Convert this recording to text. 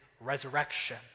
resurrection